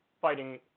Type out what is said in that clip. fighting